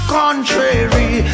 contrary